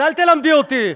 אז אל תלמדי אותי.